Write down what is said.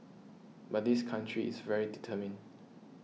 but this country is very determined